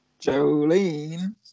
Jolene